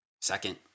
Second